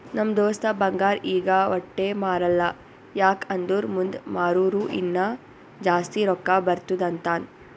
ನಮ್ ದೋಸ್ತ ಬಂಗಾರ್ ಈಗ ವಟ್ಟೆ ಮಾರಲ್ಲ ಯಾಕ್ ಅಂದುರ್ ಮುಂದ್ ಮಾರೂರ ಇನ್ನಾ ಜಾಸ್ತಿ ರೊಕ್ಕಾ ಬರ್ತುದ್ ಅಂತಾನ್